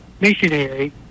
missionary